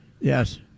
Yes